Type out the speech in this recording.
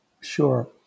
Sure